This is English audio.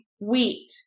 wheat